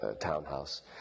townhouse